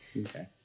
Okay